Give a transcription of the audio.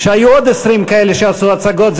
כשהיו עוד 20 כאלה שעשו הצגות,